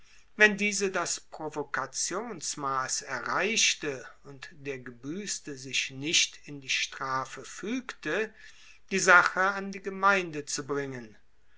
wenn diese das provokationsmass erreichte und der gebuesste sich nicht in die strafe fuegte die sache an die gemeinde zu bringen